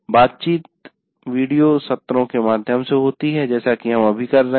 बातचीत वीडियो सत्रों के माध्यम से होती है जैसे कि हम अभी कर रहे हैं